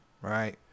Right